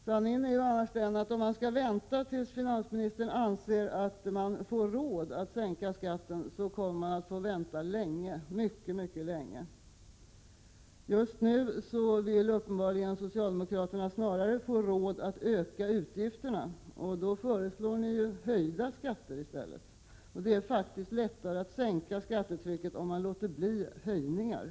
Sanningen är ju annars den att om man skall vänta tills finansministern anser att vi får råd att sänka skatten, så kommer man att få vänta länge, mycket länge. Just nu vill socialdemokraterna uppenbarligen snarare få råd att öka utgifterna, och då föreslår ni i stället höjda skatter. Det är faktiskt lättare att sänka skattetrycket om man låter bli att öka utgifterna.